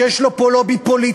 שיש לו פה לובי פוליטי,